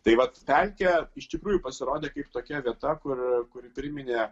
tai vat pelkė iš tikrųjų pasirodė kaip tokia vieta kuri kuri priminė